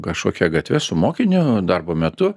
kažkokia gatve su mokiniu darbo metu